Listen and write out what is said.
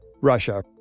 russia